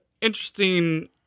interesting